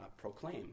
proclaim